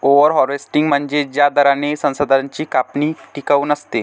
over harvesting म्हणजे ज्या दराने संसाधनांची कापणी टिकाऊ नसते